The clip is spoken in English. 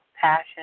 Passion